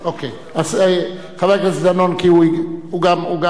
חבר הכנסת דנון, הוא גם יוסיף